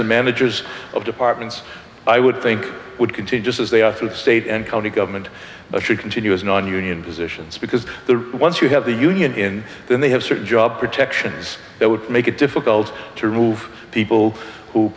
and managers of departments i would think would contain just as they are full of state and county government but should continue as nonunion positions because the once you have the union in the they have certain job protections that would make it difficult to remove people who